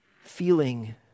feeling